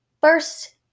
first